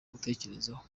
gutekerezaho